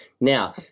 Now